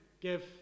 give